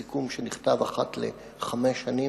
סיכום שנכתב אחת לחמש שנים,